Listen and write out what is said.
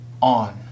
on